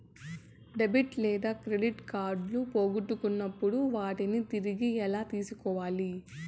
debit లేదా credit కార్డులు పోగొట్టుకున్నప్పుడు వాటిని తిరిగి ఎలా తీసుకోవాలి